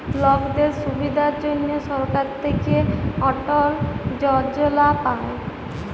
লকদের সুবিধার জনহ সরকার থাক্যে অটল যজলা পায়